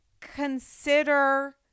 consider